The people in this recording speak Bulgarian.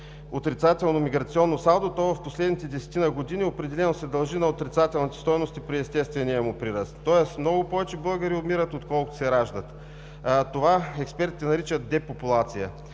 отрицателно миграционно салдо, то в последните десетина години определено се дължи на отрицателните стойности при естествения му прираст, тоест много повече българи умират, отколкото се раждат. Това експертите наричат депопулация.